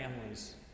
families